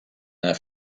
their